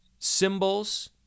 Symbols